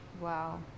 Wow